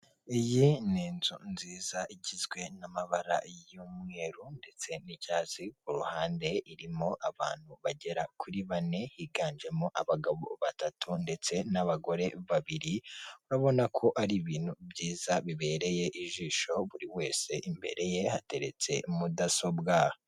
Iyi ni inzu nziza igizwe n'amabara y'umweru ndetse n'icyatsi, ku ruhande irimo abantu bagera kuri bane, higanjemo abagabo batatu ndetse n'abagore babiri, urabona ko ari ibintu byiza bibereye ijisho buri wese imbere ye hateretse mudasobwa.